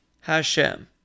Hashem